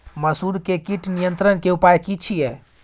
मसूर के कीट के नियंत्रण के उपाय की छिये?